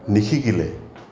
নিশিকিলে